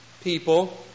people